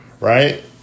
right